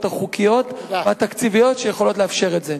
החוקיות והתקציביות שיכולות לאפשר את זה.